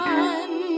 one